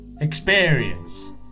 experience